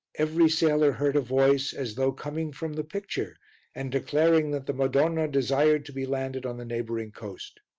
every sailor heard a voice, as though coming from the picture and declaring that the madonna desired to be landed on the neighbouring coast.